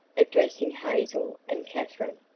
addressing hazel and katherine.